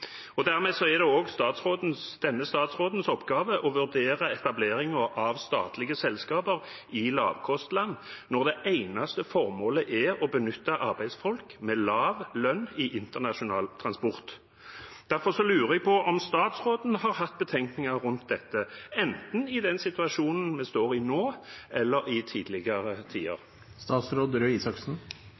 Dermed er denne statsrådens oppgave å vurdere etablering av statlige selskaper i lavkostland, når det eneste formålet er å benytte arbeidsfolk med lav lønn i internasjonal transport. Derfor lurer jeg på om statsråden har hatt betenkninger rundt dette, enten i den situasjonen vi står i nå, eller i tidligere